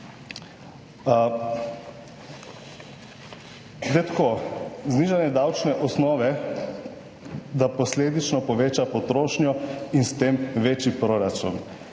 znižanje davčne osnove posledično poveča potrošnjo in s tem večji proračun.